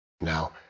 Now